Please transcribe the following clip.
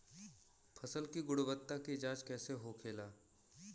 फसल की गुणवत्ता की जांच कैसे होखेला?